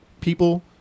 people